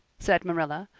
said marilla,